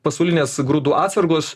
pasaulinės grūdų atsargos